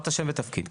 אמרת שם ותפקיד.